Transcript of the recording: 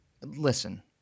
Listen